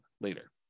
later